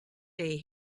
day